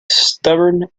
stubborn